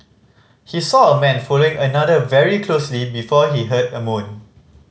he saw a man following another very closely before he heard a moan